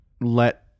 let